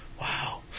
Wow